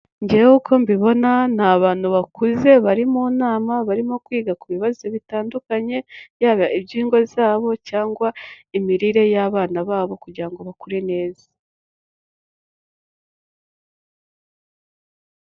Njyewe uko mbibona ni abantu bakuze bari mu nama barimo kwiga ku bibazo bitandukanye, yaba iby'ingo zabo cyangwa imirire y'abana babo kugira ngo bakure neza.